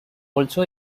also